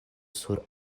sur